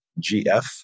GF